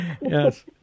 Yes